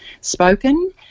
spoken